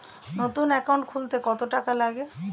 নতুন একাউন্ট খুলতে কত টাকা লাগে?